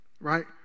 right